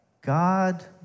God